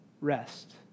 Rest